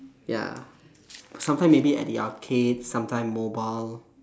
ya sometimes maybe at the arcade sometimes mobile